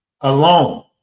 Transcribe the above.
alone